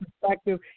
perspective